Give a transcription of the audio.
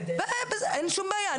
אין שום בעיה,